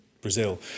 Brazil